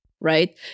right